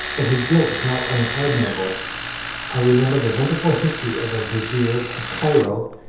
but his guilt is not unpardonable i remember the wonderful history of a vizier, of cairo,